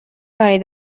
برای